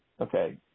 Okay